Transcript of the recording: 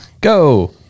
Go